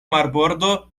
marbordo